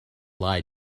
lied